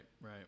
right